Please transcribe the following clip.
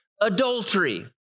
adultery